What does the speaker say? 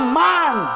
man